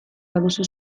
baduzu